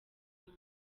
hano